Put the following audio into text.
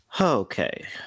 Okay